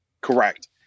Correct